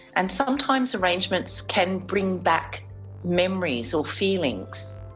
and sometimes arrangements can bring back memories or feelings,